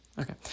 Okay